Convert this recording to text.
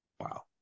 Wow